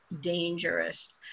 dangerous